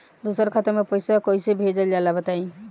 दोसरा खाता में पईसा कइसे भेजल जाला बताई?